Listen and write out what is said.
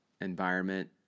environment